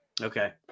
Okay